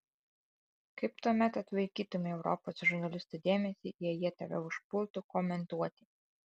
kaip tuomet atlaikytumei europos žurnalistų dėmesį jei jie tave užpultų komentuoti